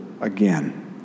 again